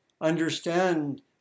understand